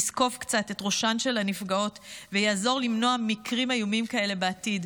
יזקוף קצת את ראשן של הנפגעות ויעזור למנוע מקרים איומים כאלה בעתיד.